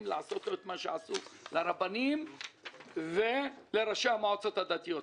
לעשות לו את מה שעשו לרבנים ולראשי המועצות הדתיות?